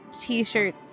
t-shirt